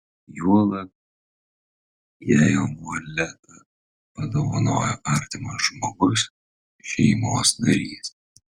juolab jei amuletą padovanojo artimas žmogus šeimos narys